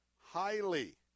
highly